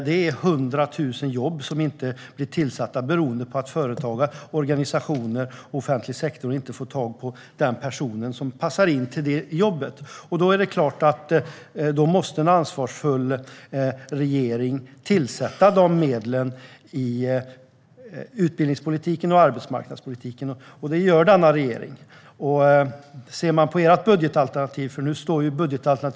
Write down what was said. Det är 100 000 jobb som inte blir tillsatta beroende på att förtagare, organisationer och offentlig sektor inte får tag på den person som passar för det jobbet. Det är klart att då måste en ansvarsfull regering tillsätta de medlen i utbildningspolitiken och arbetsmarknadspolitiken, och det gör denna regering. Nu står budgetalternativ mot budgetalternativ.